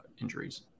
injuries